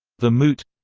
the moot